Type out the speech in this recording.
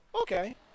Okay